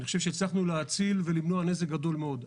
הצלחנו להציל ולמנוע נזק גדול מאוד.